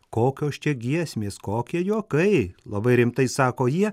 kokios čia giesmės kokie juokai labai rimtai sako jie